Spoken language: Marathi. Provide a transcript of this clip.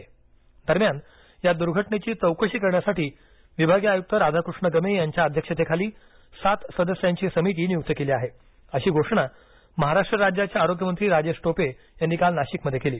चौकशी समिती नाशिक दरम्यान या दुर्घटनेची चौकशी करण्यासाठी विभागीय आयुक्त राधाकृष्ण गमे यांच्या अध्यक्षतेखाली सात सदस्यांची समिती नियुक्त केली आहे अशी घोषणा महाराष्ट्र राज्याचे आरोग्य मंत्री राजेश टोपे यांनी काल नाशिकमध्ये केली